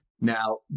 Now